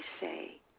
say